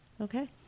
Okay